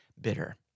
bitter